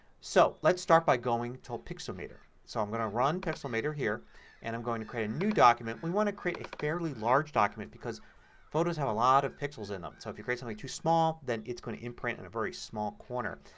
so let's start by going to pixelmator. so i'm going to run pixelmator here and i'm going to create a new document. we want to create a fairly large document because photos have a lot of pixels in them. so if you create something too small then it's going to imprint in a very small corner.